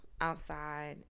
outside